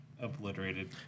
obliterated